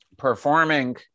performing